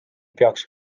peaks